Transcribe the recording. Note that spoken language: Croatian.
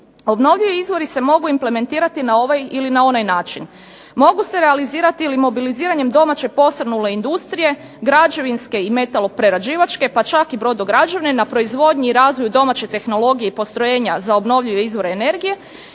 Obnovljivi izvori se mogu implementirati na ovaj ili na onaj način, mogu se realizirati ili mobiliziranjem domaće posrnule industrije, građevinske i metaloprerađivačke, pa čak i brodograđevne na proizvodnji i razvoju domaće tehnologije i postrojenja za obnovljive izvore energije